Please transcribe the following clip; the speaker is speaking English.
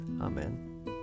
Amen